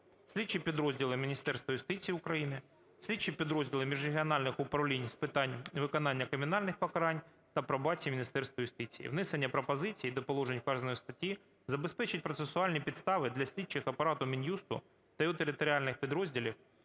слідчі підрозділи Міністерства юстиції України; слідчі підрозділі міжрегіональних управлінь з питань виконання кримінальних покарань та пробації Міністерства юстиції. Внесення пропозицій до положень вказаної статті забезпечить процесуальні підстави для слідчих апарату Мінюсту та його територіальних підрозділів